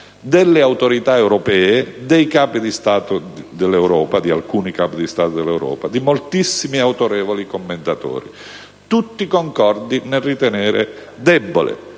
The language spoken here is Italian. delle autorità europee, di alcuni Capi di Stato di Paesi europei, di moltissimi autorevoli commentatori, tutti concordi nel ritenere deboli,